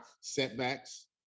Setbacks